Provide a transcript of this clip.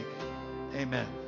Amen